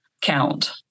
count